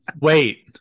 Wait